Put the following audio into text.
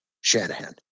Shanahan